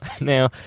Now